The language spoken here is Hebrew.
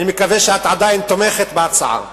ואני מקווה שאת עדיין תומכת בהצעה שלך.